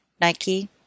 Nike